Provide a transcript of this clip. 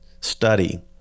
study